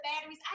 batteries